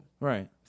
Right